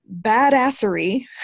badassery